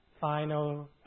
final